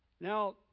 Now